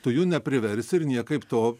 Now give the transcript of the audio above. tu jų nepriversi ir niekaip to